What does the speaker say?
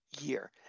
year